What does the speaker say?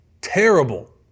terrible